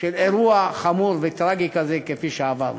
של אירוע חמור וטרגי כזה כפי שעברנו.